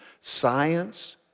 science